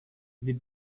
they